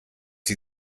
sie